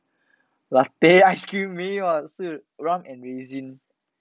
latte ice cream 没有啦是 rum and rasins